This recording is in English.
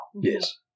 Yes